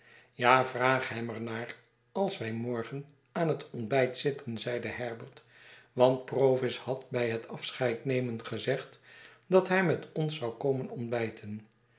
ja vraag hem er naar als wij morgen aan het ontbijt zitten zeide herbert want provis had bij het afscheidnemen gezegd dat hij met ons zou komen ontbijten